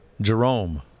Jerome